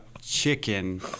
chicken